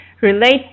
relate